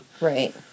Right